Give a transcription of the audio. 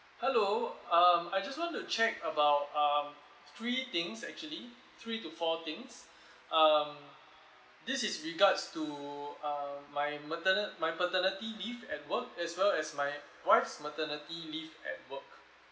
hello um I just want to check about um three things actually three to four things um this is regards to uh my materni~ my paternity leave at work as well as my wife's maternity leave at work